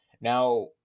now